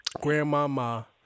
Grandmama